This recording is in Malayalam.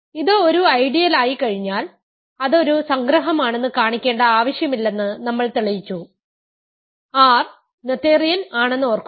ഇത് ഒരു ഐഡിയലായിക്കഴിഞ്ഞാൽ അത് ഒരു സംഗ്രഹമാണെന്ന് കാണിക്കേണ്ട ആവശ്യമില്ലെന്ന് നമ്മൾ തെളിയിച്ചു R നോഥേറിയൻ ആണെന്ന് ഓർക്കുക